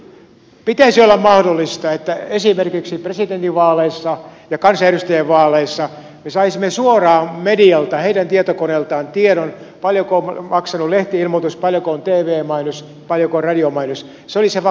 eli pitäisi olla mahdollista että esimerkiksi presidentinvaaleissa ja kansanedustajien vaaleissa me saisimme suoraan medialta heidän tietokoneeltaan tiedon paljonko on maksanut lehti ilmoitus paljonko on tv mainos paljonko on radiomainos